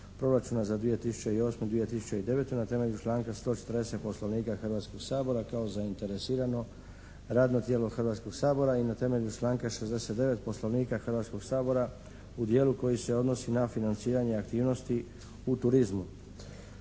proračuna za 2008.-2009., na temelju članka 140 Poslovnika Hrvatskoga sabora kao zainteresirano radno tijelo Hrvatskog sabora i na temelju članka 69. Poslovnika Hrvatskog sabora u dijelu koji se odnosi na financiranje aktivnosti u turizmu.